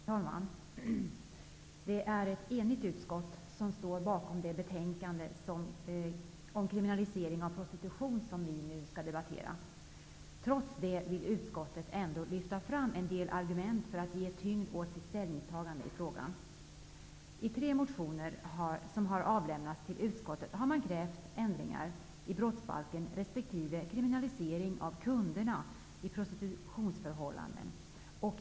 Herr talman! Det är ett enigt utskott som står bakom det betänkande om kriminalisering av prostitution som vi nu har att debattera. Trots detta vill utskottet ändå lyfta fram en del argument för att ge tyngd åt sitt ställningstagande i frågan. I tre motioner som har avlämnats till utskottet har man krävt ändringar i brottsbalken resp. kriminalisering av kunderna i prostitutionsförhållanden.